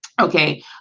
Okay